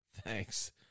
thanks